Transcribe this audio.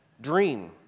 dream